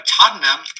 Tottenham